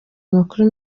amakuru